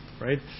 right